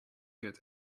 get